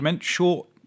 short